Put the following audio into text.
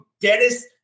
Dennis